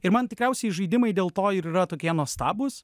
ir man tikriausiai žaidimai dėl to ir yra tokie nuostabūs